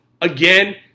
again